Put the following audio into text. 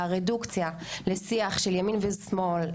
הרדוקציה לשיח של ימין ושמאל,